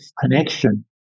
connection